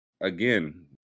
again